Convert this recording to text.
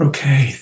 Okay